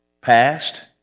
past